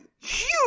Huge